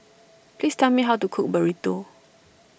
please tell me how to cook Burrito